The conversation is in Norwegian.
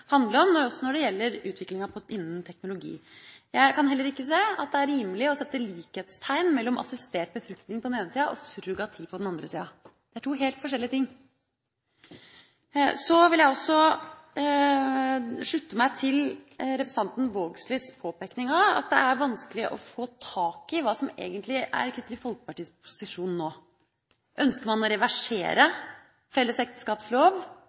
om også når det gjelder utviklinga innen teknologi. Jeg kan heller ikke se at det er rimelig å sette likhetstegn mellom assistert befruktning på den ene siden og surrogati på den andre siden. Det er to helt forskjellige ting. Så vil jeg også slutte meg til representanten Vågslids påpekning av at det er vanskelig å få tak i hva som egentlig er Kristelig Folkepartis posisjon nå. Ønsker man å reversere felles ekteskapslov,